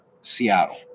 Seattle